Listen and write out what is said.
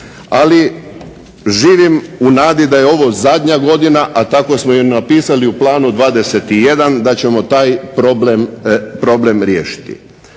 Ali živim u nadi da je ovo zadnja godina, a tako smo i napisali u planu 21 da ćemo taj problem riješiti.